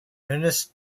ernst